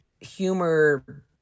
humor